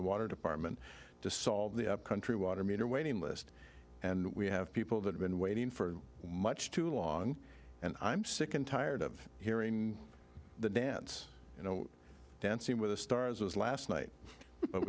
the water department to solve the upcountry water meter waiting list and we have people that have been waiting for much too long and i'm sick and tired of hearing the dance you know dancing with the stars was last night but